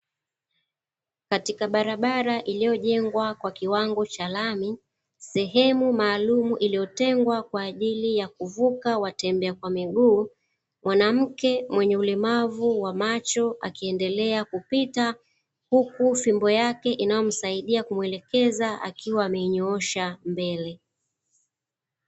Katika barabara iliyojengwa kwa kiwango cha lami, sehemu maalumu iliyotengwa kwa ajili ya kuvuka watembea kwa miguu, mwanamke mwenye ulemavu wa macho akiendelea kupita huku fimbo yake inayomsaidia kumuelekeza akiwa ameinyoosha mbele.